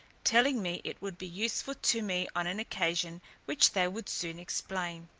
telling me it would be useful to me on an occasion which they would soon explain.